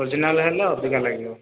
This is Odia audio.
ଅରିଜିନାଲ ହେଲେ ଅଧିକା ଲାଗିବ